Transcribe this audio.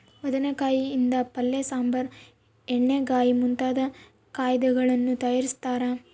ಬದನೆಕಾಯಿ ಯಿಂದ ಪಲ್ಯ ಸಾಂಬಾರ್ ಎಣ್ಣೆಗಾಯಿ ಮುಂತಾದ ಖಾದ್ಯಗಳನ್ನು ತಯಾರಿಸ್ತಾರ